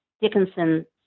Dickinson